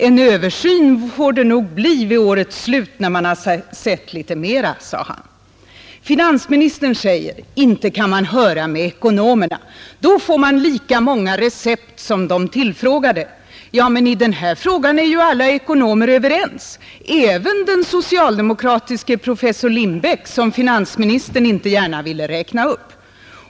En översyn får det nog bli vid årets slut, när man har sett litet mera, sade han. Finansministern säger: Inte kan man höra med ekonomerna, då får man lika många recept som antalet tillfrågade. Ja, men i den här frågan är ju alla ekonomer överens — det gäller även den socialdemokratiske professor Lindbeck, som finansministern inte gärna ville räkna upp.